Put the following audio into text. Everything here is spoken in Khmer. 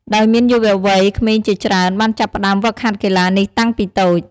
ដោយមានយុវជនវ័យក្មេងជាច្រើនបានចាប់ផ្ដើមហ្វឹកហាត់កីឡានេះតាំងពីតូច។